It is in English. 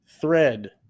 thread